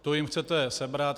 To jim chcete sebrat?